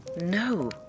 No